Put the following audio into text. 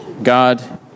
God